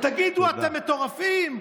"תגידו, אתם מטורפים?